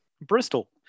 Bristol